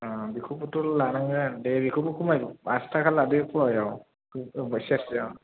बेखौबोथ' लानांगोन दे बेखौबो खमायबाव आसि थाखा लादो फ'याआव औ सेरसेयाव